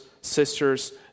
sisters